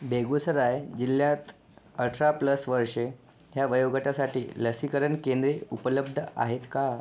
बेगुसराय जिल्ह्यात अठरा प्लस वर्षे ह्या वयोगटासाठी लसीकरण केंद्रे उपलब्ध आहेत का